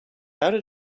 outed